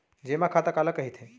जेमा खाता काला कहिथे?